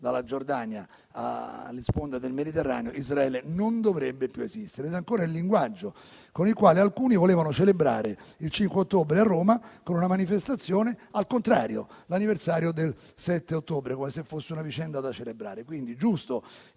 dalla Giordania alle sponde del Mediterraneo Israele non dovrebbe più esistere. Ed è ancora il linguaggio con il quale alcuni volevano celebrare il 5 ottobre a Roma, con una manifestazione di senso contrario, l'anniversario del 7 ottobre, come se fosse una vicenda da celebrare. È quindi giusto